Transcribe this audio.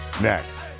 Next